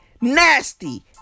nasty